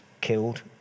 killed